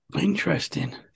interesting